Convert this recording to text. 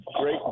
great